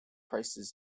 prices